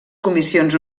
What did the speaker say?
comissions